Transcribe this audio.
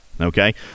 Okay